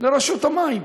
לרשות המים.